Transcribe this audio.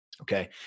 Okay